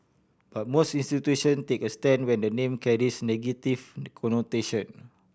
but most institution take a stand when the name carries negative connotation